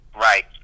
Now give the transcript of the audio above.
right